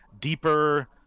deeper